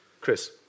Chris